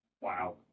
wow